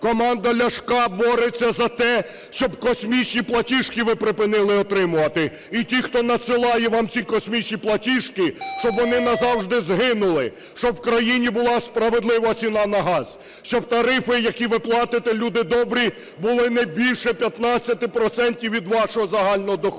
Команда Ляшка бореться за те, щоб космічні платіжки ви припинили отримувати. І ті, хто надсилає вам ці космічні платіжки, щоб вони назавжди згинули, щоб в країні була справедлива ціна на газ, щоб тарифи, які ви платите, люди добрі, були не більше 15 процентів від вашого загального доходу.